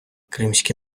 кримські